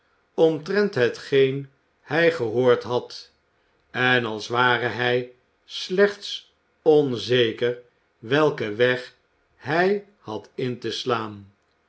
omtrent hetgeen hij gehoord had en als ware hij slechts onzeker welke weg hij had in te slaan